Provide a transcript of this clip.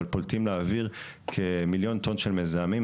אבל פולטים לאוויר 1 מיליון טון של מזהמים,